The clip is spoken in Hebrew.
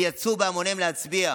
ויצאו בהמוניהם להצביע.